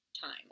time